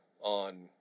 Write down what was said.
on